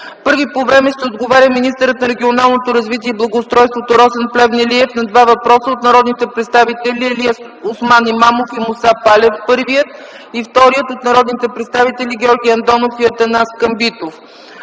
Първи по време ще отговаря министърът на регионалното развитие и благоустройството Росен Плевнелиев на два въпроса: първият - от народните представители Алиосман Имамов и Муса Палев; и вторият – от народните представители Георги Андонов и Атанас Камбитов.